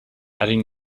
adding